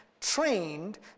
trained